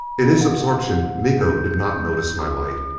in his absorption miko did not notice my light.